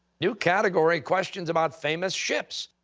new category. questions about famous ships.